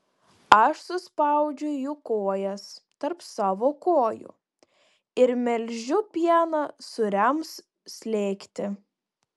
aš suspaudžiu jų kojas tarp savo kojų ir melžiu pieną sūriams slėgti